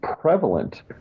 prevalent